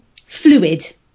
fluid